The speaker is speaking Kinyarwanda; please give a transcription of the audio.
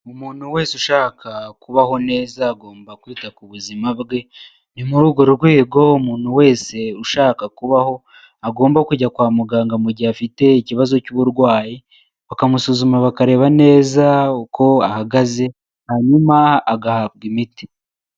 Umuntu wese ushaka kubaho neza agomba kwita ku buzima bwe, ni muri urwo rwego umuntu wese ushaka kubaho agomba kujya kwa muganga mu gihe afite ikibazo cy'uburwayi, bakamusuzuma bakareba neza uko ahagaze hanyuma agahabwa imiti.